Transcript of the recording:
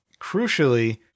crucially